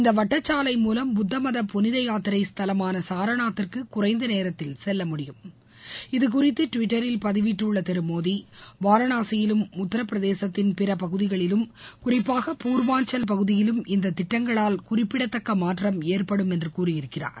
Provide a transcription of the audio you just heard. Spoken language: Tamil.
இந்த வட்டச்சாலை மூலம் புத்தமத புனிதயாத்திரை ஸ்தலமான சாரநாத்துக்கு குறைந்த நேரத்தில் செல்ல முடியும் இதுகுறித்து டிவிட்டரில் பதிவிட்டுள்ள திரு மோடி வாரணாசியிலும் உத்தரபிரதேசத்தின் பிற பகுதிகளிலும் குறிப்பாக பூர்வாஞ்சல் பகுதியிலும் இந்த திட்டங்களால் குறிப்பிடத்தக்க மாற்றம் ஏற்படும் என்று கூறியிருக்கிறார்